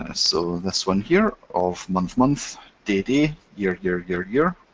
and so this one here of month month day day year year year year,